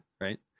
right